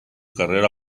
carrera